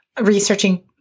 researching